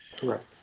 Correct